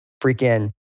freaking